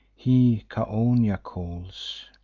he chaonia calls,